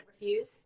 refuse